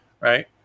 right